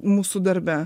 mūsų darbe